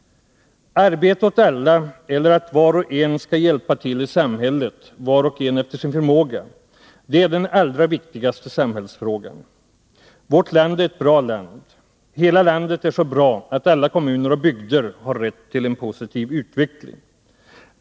Arbete åt alla — eller att var och en skall hjälpa till i samhället, var och en efter sin förmåga — är den allra viktigaste samhällsfrågan. Vårt land är ett bra land. Hela landet är så bra att alla kommuner och bygder har rätt till en positiv utveckling.